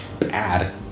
bad